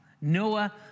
Noah